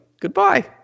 goodbye